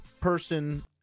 person